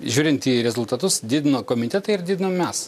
žiūrint į rezultatus didino komitetai ir didinom mes